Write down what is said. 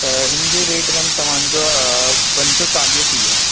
त हिनजो रेट मैम तव्हांजो पंज सौ चालीह थी वियो